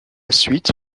suite